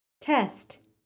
Test